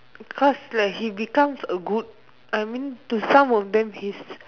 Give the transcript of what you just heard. cause like he becomes a good I mean to some of them he's